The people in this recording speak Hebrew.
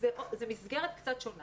זו מסגרת קצת שונה